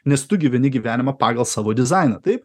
nes tu gyveni gyvenimą pagal savo dizainą taip